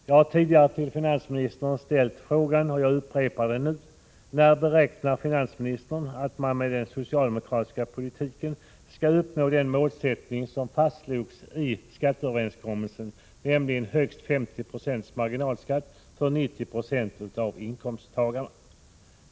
Jag har tidigare ställt frågan till finansministern — och jag upprepar den nu: När beräknar finansministern att man med den socialdemokratiska politiken skall uppnå den målsättning som fastslogs i skatteöverenskommelsen, nämligen högst 50 96 i marginalskatt för 90 26 av inkomsttagarna?